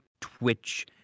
twitch